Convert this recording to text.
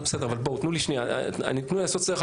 תנו לי לעשות סדר,